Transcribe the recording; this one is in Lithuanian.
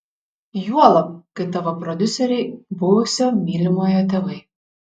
juolab kai tavo prodiuseriai buvusio mylimojo tėvai